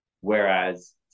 whereas